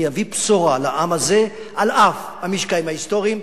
להביא בשורה לעם הזה על אף המשקעים ההיסטוריים.